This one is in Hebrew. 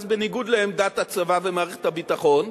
אז בניגוד לעמדת הצבא ומערכת הביטחון,